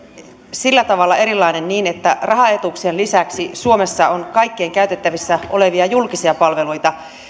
sillä tavalla erilainen että rahaetuuksien lisäksi suomessa on kaikkien käytettävissä olevia julkisia palveluita